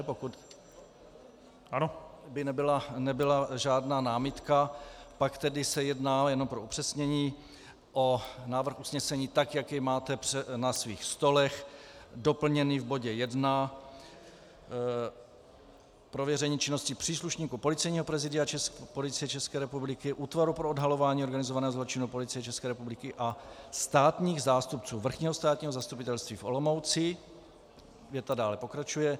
Pokud by nebyla žádná námitka, pak tedy se jedná, jenom pro upřesnění, o návrh usnesení, tak jak jej máte na svých stolech, doplněný v bodě I prověření činnosti příslušníků Policejního prezídia Policie České republiky, Útvaru pro odhalování organizovaného zločinu Policie České republiky a státních zástupců Vrchního státního zastupitelství v Olomouci věta dále pokračuje.